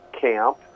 Camp